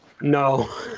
No